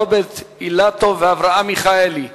רוברט אילטוב ואברהם מיכאלי.